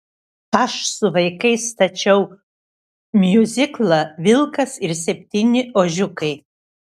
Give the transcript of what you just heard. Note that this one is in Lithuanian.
aš su vaikais stačiau miuziklą vilkas ir septyni ožiukai